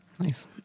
Nice